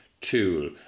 tool